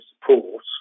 support